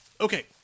Okay